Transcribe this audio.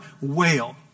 wail